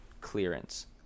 clearance